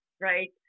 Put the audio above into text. right